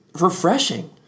Refreshing